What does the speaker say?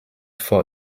for